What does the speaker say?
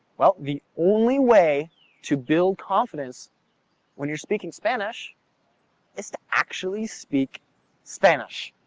well, the only way to build confidence when you're speaking spanish is to actually speak spanish.